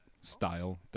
style